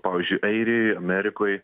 pavyzdžiui airijoj amerikoj